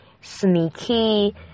Sneaky